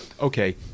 okay